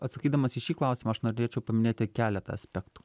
atsakydamas į šį klausimą aš norėčiau paminėti keletą aspektų